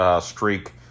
streak